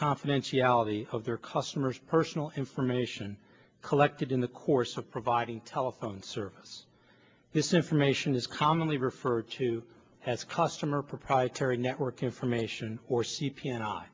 confidentiality of their customers personal information collected in the course of providing telephone service this information is commonly referred to as customer proprietary network information or